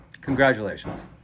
congratulations